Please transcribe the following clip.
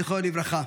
זיכרונו לברכה,